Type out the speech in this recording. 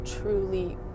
truly